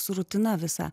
su rutina visa